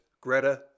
Greta